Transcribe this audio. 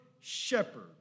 shepherd